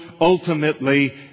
ultimately